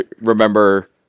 remember